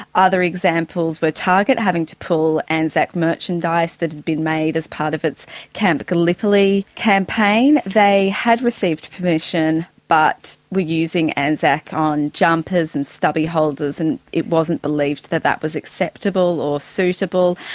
other examples were target having to pull anzac merchandise that had been made as part of its camp gallipoli campaign. they had received permission but were using anzac on jumpers and stubby holders and it wasn't believed that that was acceptable or suitable.